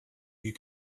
you